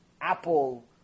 Apple